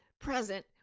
present